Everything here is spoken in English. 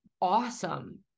awesome